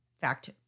fact